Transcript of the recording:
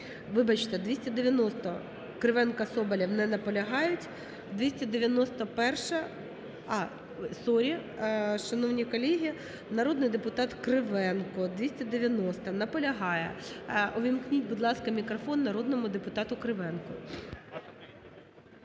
вибачте, 290-а, Кривенко, Соболєв. Не наполягають. 291-а… А!? Sorry, шановні колеги, народний депутат Кривенко 290-а, наполягає. Увімкніть, будь ласка, мікрофон народному депутату Кривенку.